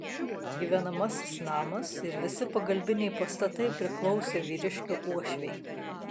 gyvenamasis namas ir visi pagalbiniai pastatai priklausė vyriškio uošvei